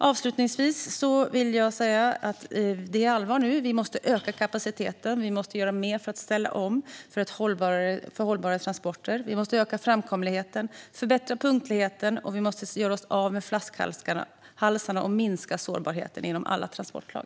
Avslutningsvis vill jag säga att det är allvar nu. Vi måste öka kapaciteten. Vi måste göra mer för att ställa om till hållbarare transporter. Vi måste öka framkomligheten och förbättra punktligheten. Vi måste göra oss av med flaskhalsarna och minska sårbarheten inom alla transportslag.